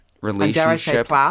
relationship